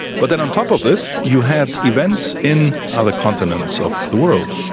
but then on top of this you had events in other continents of the world.